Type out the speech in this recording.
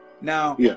Now